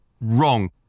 Wrong